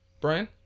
Brian